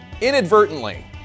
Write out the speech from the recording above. inadvertently